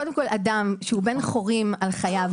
שהוא בן חורין על חייו,